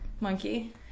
Monkey